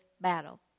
battle